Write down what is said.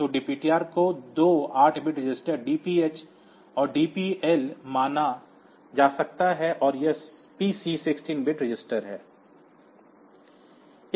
तो DPTR को 2 8 bit register DPH और DPL माना जा सकता है और यह PC 16 बिट रजिस्टर है